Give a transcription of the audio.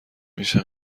میشه